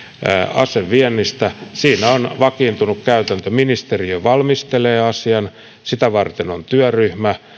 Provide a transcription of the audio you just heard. aseviennistä siinä on vakiintunut käytäntö ministeriö valmistelee asian sitä varten on työryhmä